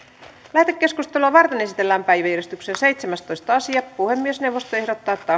lähetekeskustelua varten esitellään päiväjärjestyksen seitsemästoista asia puhemiesneuvosto ehdottaa että